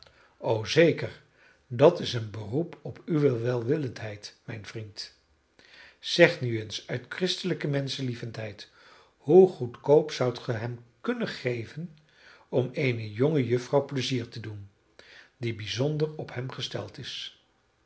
o zeker dat is een beroep op uwe welwillendheid mijn vriend zeg nu eens uit christelijke menschlievendheid hoe goedkoop zoudt ge hem kunnen geven om eene jonge juffrouw pleizier te doen die bijzonder op hem gesteld is